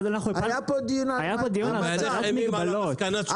היה פה דיון על המצב.